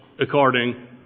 according